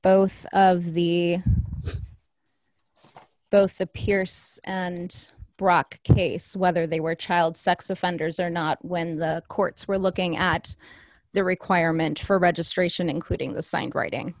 both the both the pierce and brock case whether they were child sex offenders or not when the courts were looking at the requirement for registration including the signed writing